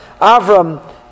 Avram